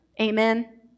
Amen